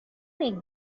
make